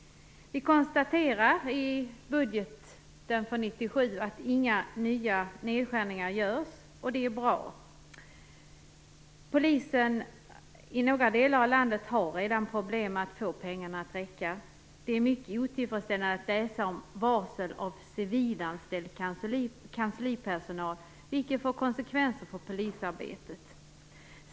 Vi konstaterar att inga nya nedskärningar görs i budgeten för 1997. Det är bra. I några delar av landet har polisen redan problem att få pengarna att räcka. Det är mycket otillfredsställande att läsa om varsel av civilanställd kanslipersonal, vilket får konsekvenser för polisarbetet.